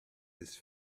his